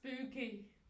Spooky